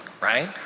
right